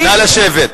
נא לשבת.